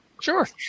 Sure